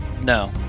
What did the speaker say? No